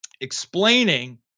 explaining